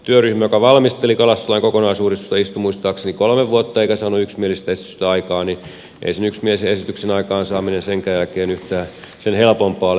työryhmä joka valmisteli kalastuslain kokonaisuudistusta istui muistaakseni kolme vuotta eikä saanut yksimielistä esitystä aikaan niin että ei sen yksimielisen esityksen aikaansaaminen senkään jälkeen yhtään sen helpompaa ole